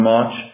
March